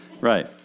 Right